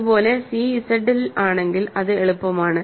അതുപോലെ c Z ൽ ആണെങ്കിൽ അത് എളുപ്പമാണ്